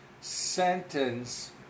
sentence